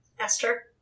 Esther